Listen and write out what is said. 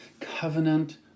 Covenant